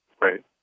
Right